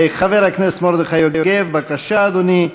חבר הכנסת מרדכי יוגב, בבקשה, אדוני,